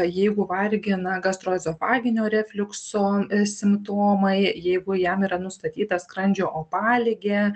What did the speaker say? jeigu vargina gastroezofaginio refliukso simptomai jeigu jam yra nustatyta skrandžio opaligė